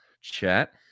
chat